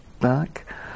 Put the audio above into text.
back